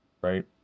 right